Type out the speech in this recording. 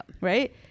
Right